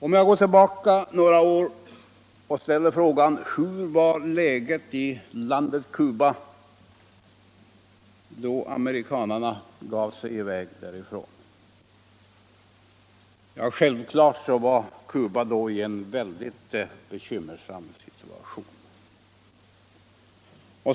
Låt mig gå tillbaka några år och ställa frågan: Hurdant var läget i landet Cuba då amerikanerna gav sig i väg därifrån? Ja, självfallet var Cuba då i en väldigt bekymmersam situation.